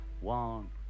One